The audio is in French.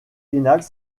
finales